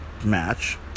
match